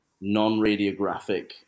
non-radiographic